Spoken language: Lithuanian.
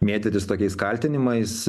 mėtytis tokiais kaltinimais